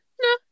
No